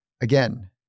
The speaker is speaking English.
Again